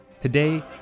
Today